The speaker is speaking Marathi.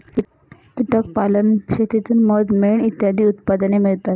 कीटक पालन शेतीतून मध, मेण इत्यादी उत्पादने मिळतात